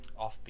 offbeat